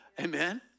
Amen